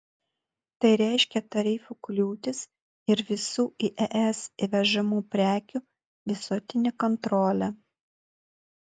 tai reiškia tarifų kliūtis ir visų į es įvežamų prekių visuotinę kontrolę